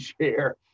share